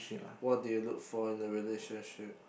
what do you look for in a relationship